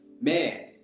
man